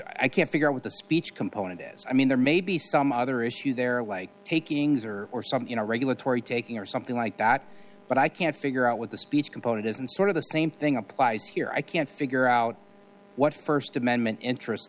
i can't figure out what the speech component is i mean there may be some other issues there like takings or or some you know regulatory taking or something like that but i can't figure out what the speech component is and sort of the same thing applies here i can't figure out what st amendment interest